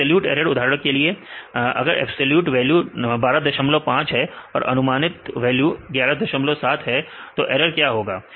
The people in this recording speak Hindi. एब्सलूट ऐरर उदाहरण के लिए अगर एक्चुअल वैल्यू 125 है और अनुमानित वैली 117 है तो ऐरर क्या होगा